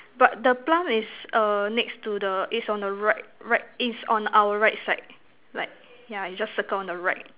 but the plum is err next to the is on right right is on our right side like yeah you just circle on the right